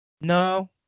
No